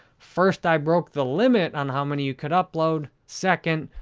first, i broke the limit on how many you could upload. second,